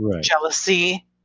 jealousy